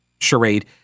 charade